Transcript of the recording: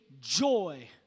joy